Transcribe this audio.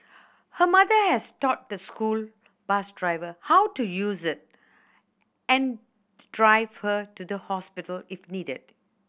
her mother has taught the school bus driver how to use it and drive her to the hospital if needed